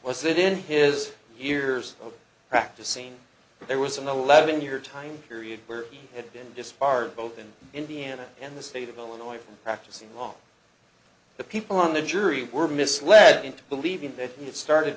was it in his years of practicing there was an eleven year time period where he had been disbarred both in indiana and the state of illinois from practicing law the people on the jury were misled into believing that he had started